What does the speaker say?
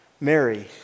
Mary